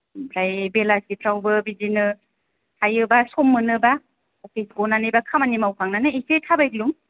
ओमफ्राय बेलासिफ्रावबो बिदिनो हायोबा सम मोनोबा अफिस गनानै बा खामानि मावखांनानै इसे थाबायग्लुं